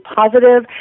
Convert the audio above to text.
positive